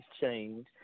change